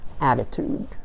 attitude